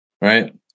right